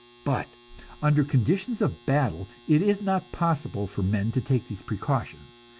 but under conditions of battle it is not possible for men to take these precautions,